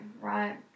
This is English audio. right